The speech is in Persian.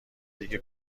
دیگه